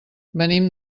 venim